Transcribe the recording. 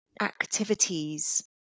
activities